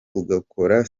ugakora